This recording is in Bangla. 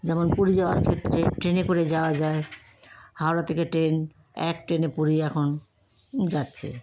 যেমন পুরী যাওয়ার ক্ষেত্রে ট্রেনে করে যাওয়া যায় হাওড়া থেকে ট্রেন এক ট্রেনে পুরী এখন যাচ্ছে